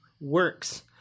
works